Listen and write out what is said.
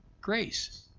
grace